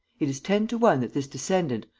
it is ten to one that this descendant,